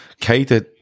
Kate